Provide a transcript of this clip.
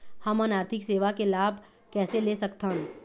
हमन आरथिक सेवा के लाभ कैसे ले सकथन?